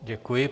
Děkuji.